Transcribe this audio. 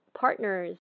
partners